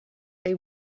they